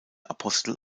apostel